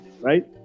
right